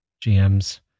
GMs